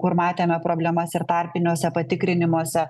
kur matėme problemas ir tarpiniuose patikrinimuose